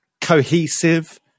cohesive